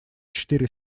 четыре